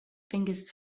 fingers